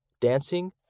dancing